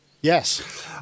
Yes